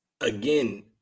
Again